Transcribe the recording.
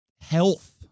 health